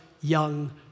young